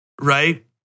Right